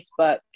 Facebook